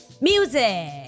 Music